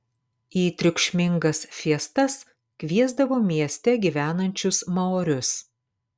į triukšmingas fiestas kviesdavo mieste gyvenančius maorius